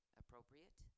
appropriate